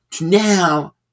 Now